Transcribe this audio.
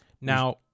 Now